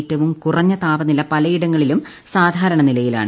ഏറ്റവും കുറഞ്ഞ താപനില പലയിടങ്ങളിലും സാധാരണ നിലയിലാണ്